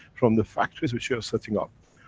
from the factories which we are setting up.